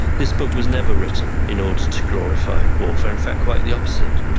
this book was never written in order to glorify warfare. in fact, quite the opposite.